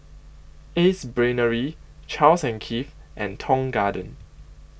Ace Brainery Charles and Keith and Tong Garden